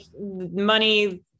money